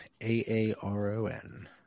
A-A-R-O-N